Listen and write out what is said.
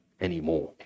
anymore